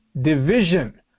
division